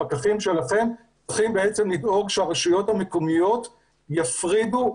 הפקחים שלכם צריכים לדאוג שהרשויות המקומיות יפרידו,